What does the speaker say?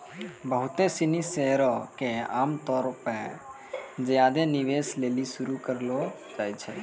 बहुते सिनी शेयरो के आमतौरो पे ज्यादे निवेश लेली शुरू करलो जाय छै